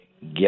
get